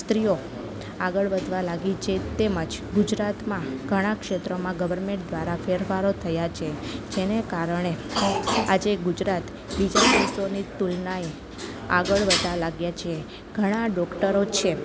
સ્ત્રીઓ આગળ વધવા લાગી છે તેમજ ગુજરાતમાં ઘણા ક્ષેત્રોમાં ગવર્મેન્ટ દ્વારા ફેરફારો થયાં છે જેને કારણે આજે ગુજરાત બીજા દેશોની તુલનાએ આગળ વધવા લાગ્યા છે ઘણા ડોક્ટરો છે